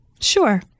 sure